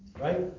right